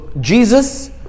Jesus